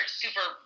super